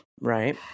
right